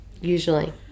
Usually